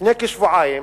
לפני כשבועיים